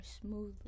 smoothly